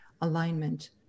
alignment